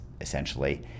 essentially